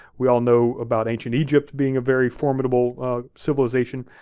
we all know about ancient egypt being a very formidable civilization.